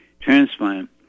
transplant